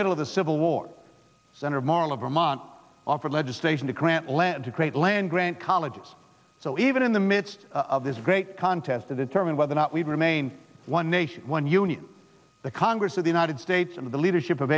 middle of the civil war center marla vermont offer legislation to grant land to create land grant colleges so even in the midst of this great contest of the term and whether or not we remain one nation one union the congress of the united states and the leadership of